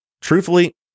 Truthfully